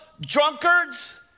drunkards